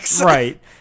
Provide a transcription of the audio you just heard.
right